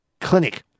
Clinic